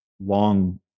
long